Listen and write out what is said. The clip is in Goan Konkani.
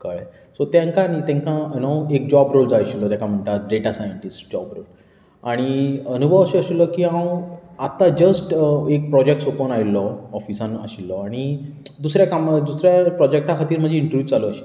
कळ्ळें सो तेंका न्ही तेंकां नवो एक जोब रोल जाय आशिल्लो तेंकां म्हणटात डेटा सायनटीस्ट जॉब रोल आनी अनूभव असो आशिल्लो की हांव आतां जस्ट एक प्रॉजेक्ट सोंपोवन आयिल्लो ऑफीसांत आशिल्लो आनी दुसऱ्या कामांक दुसऱ्या प्रॉजेक्टा खातीर म्हजी इंटरव्यू चालू आशिल्ली